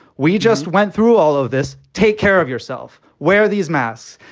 we just went through all of this. take care of yourself. where are these mass?